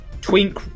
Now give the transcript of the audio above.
Twink